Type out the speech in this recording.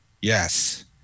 Yes